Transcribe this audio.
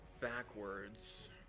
backwards